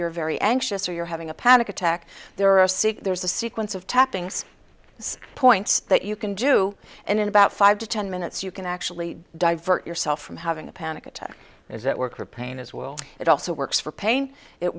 you're very anxious or you're having a panic attack there are a cig there's a sequence of tappings points that you can do and in about five to ten minutes you can actually divert yourself from having a panic attack is that work for pain as well it also works for pain it